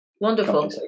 Wonderful